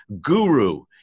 guru